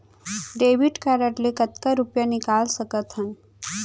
Debit card ले कतका रुपिया निकाल सकथन?